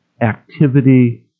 activity